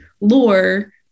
lore